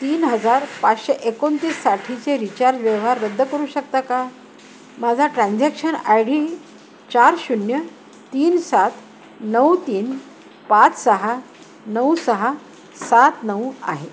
तीन हजार पाचशे एकोणतीससाठीचे रिचार्ज व्यवहार रद्द करू शकता का माझा ट्रान्झॅक्शन आय डी चार शून्य तीन सात नऊ तीन पाच सहा नऊ सहा सात नऊ आहे